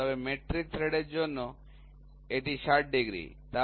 তবে মেট্রিক থ্রেডের জন্য এটি ৬০ ডিগ্রি